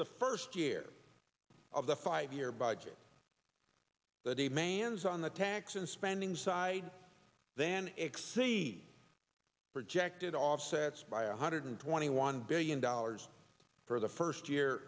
the first year of the five year budget the demands on the tax and spending side then exceed projected offsets by one hundred twenty one billion dollars for the first year